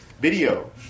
video